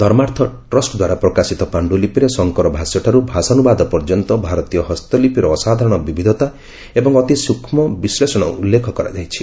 ଧର୍ମାର୍ଥ trust ଦ୍ୱାରା ପ୍ରକାଶିତ ପାଣ୍ଟୁଲିପିରେ ଶଙ୍କର ଭାଷ୍ୟଠାରୁ ଭାଷାନୁବାଦ ପର୍ଯ୍ୟନ୍ତ ଭାରତୀୟ ହସ୍ତଲିପିର ଅସାଧାରଣ ବିବିଧତା ଏବଂ ଅତି ସୁକ୍ଷ୍ମ ବିଶ୍ଳେଷଣ ଉଲ୍ଲେଖ କରାଯାଇଛି